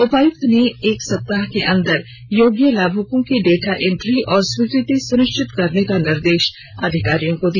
उपायुक्त ने एक सप्ताह के अंदर योग्य लाभुकों की डाटा एंट्री एवं स्वीकृति सुनिश्चित करने का निर्देश अधिकारियों को दिया